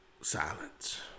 Silence